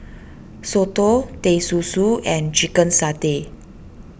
Soto Teh Susu and Chicken Satay